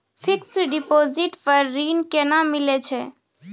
Fixed deposit पर ऋण केना मिलै छै?